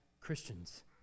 Christians